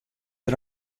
der